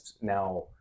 now